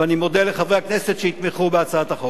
ואני מודה לחברי הכנסת שיתמכו בהצעת החוק.